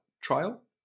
Trial